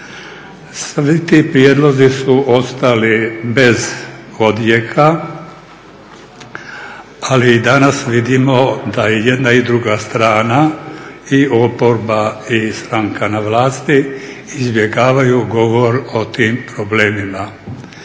Svi ti prijedlozi su ostali bez odjeka, ali i danas vidimo da je jedna i druga strana i oporba i stranka na vlasti izbjegavaju govor o tim problemima.